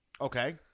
Okay